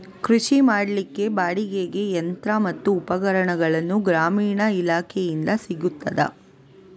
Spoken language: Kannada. ಕೃಷಿ ಮಾಡಲಿಕ್ಕೆ ಬಾಡಿಗೆಗೆ ಯಂತ್ರ ಮತ್ತು ಉಪಕರಣಗಳು ಗ್ರಾಮೀಣ ಇಲಾಖೆಯಿಂದ ಸಿಗುತ್ತದಾ?